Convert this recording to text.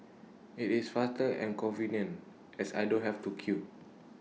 IT is faster and convenient as I don't have to queue